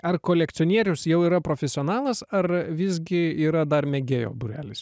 ar kolekcionierius jau yra profesionalas ar visgi yra dar mėgėjo būrelis